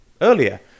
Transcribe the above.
Earlier